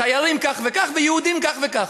תיירים כך וכך ויהודים כך וכך.